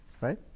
Right